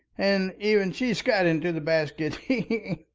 and even she's got into the basket. he!